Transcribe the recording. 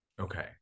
okay